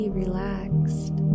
relaxed